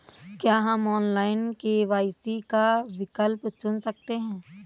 क्या हम online KYC का विकल्प चुन सकते हैं?